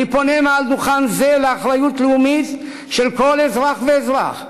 אני פונה מעל דוכן זה לאחריות לאומית של כל אזרח ואזרח: